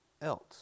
else